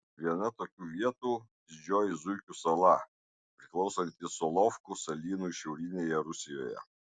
viena tokių vietų didžioji zuikių sala priklausanti solovkų salynui šiaurinėje rusijoje